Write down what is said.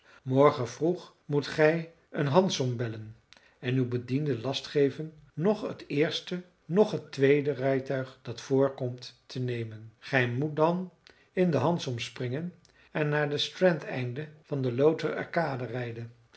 morgen vroeg moet gij een hansom bestellen en uw bediende last geven noch het eerste noch het tweede rijtuig dat voorkomt te nemen gij moet dan in de hansom springen en naar het strand einde van de lowther arcade rijden